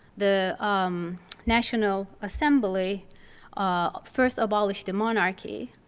the um national assembly ah first abolished the monarchy,